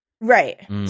right